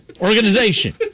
organization